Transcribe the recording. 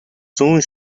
зүүн